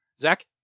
Zach